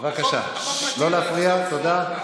החוק מתיר, בבקשה לא להפריע, תודה.